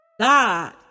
God